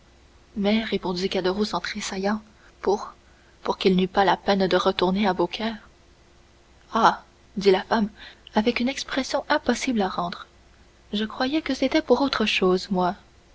mais répondit caderousse en tressaillant pour pour qu'il n'eût pas la peine de retourner à beaucaire ah dit la femme avec une expression impossible à rendre je croyais que c'était pour autre chose moi